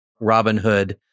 Robinhood